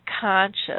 conscious